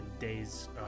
days